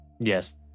Yes